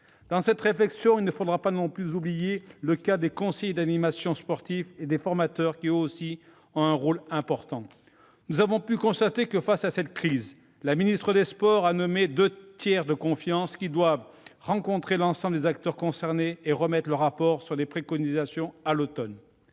Dans cette réflexion, il ne faudra pas non plus oublier le cas des conseillers d'animation sportive et des formateurs qui, eux aussi, jouent un rôle important. Nous avons pu constater que la ministre des sports avait nommé, pour répondre à cette crise, deux tiers de confiance qui doivent rencontrer l'ensemble des acteurs concernés et remettre un rapport contenant des préconisations à l'automne.